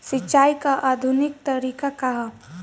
सिंचाई क आधुनिक तरीका का ह?